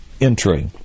entry